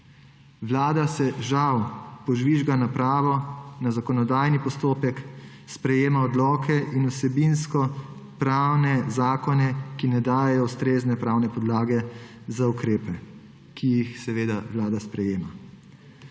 Vlada se žal požvižga na pravo, na zakonodajni postopek, sprejema odloke in vsebinsko prazne zakone, ki ne dajejo ustrezne pravne podlage za ukrepe, ki jih Vlada sprejema.